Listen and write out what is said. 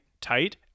tight